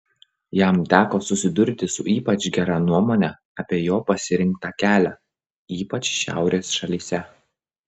jam teko susidurti su ypač gera nuomone apie jo pasirinktą kelią ypač šiaurės šalyse